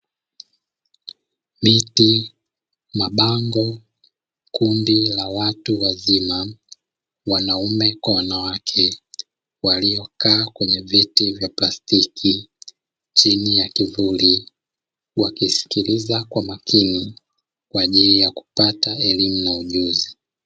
Miti, mabango, kundi la watu wazima wanaume kwa wanawake, waliokaa kwenye viti vya plastiki chini ya kivuli, wakisikiliza kwa makini kwa ajili ya kupata elimu na ujuzi.